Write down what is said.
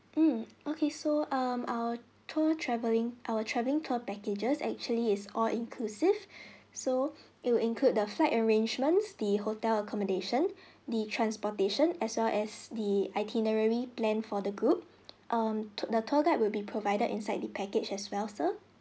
mm okay so um our tour travelling our travelling tour packages actually is all inclusive so it will include the flight arrangements the hotel accommodation the transportation as well as the itinerary planned for the group um the tour guide will be provided inside the package as well sir